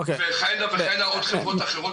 וכהנה וכהנה עוד חברות אחרות.